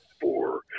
four